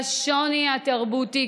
בשוני התרבותי,